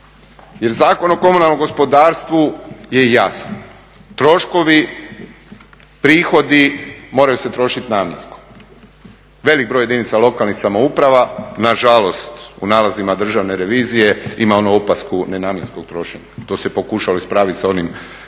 jel Zakon o komunalnom gospodarstvu je jasan. Troškovi, prihodi moraju se trošiti namjenski. Velik broj jedinice lokalnih samouprava nažalost u nalazima Državne revizije ima onu opasku nenamjenskog trošenja. To se pokušalo ispraviti sa onim uvođenjem